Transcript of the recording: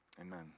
amen